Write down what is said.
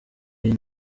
iyi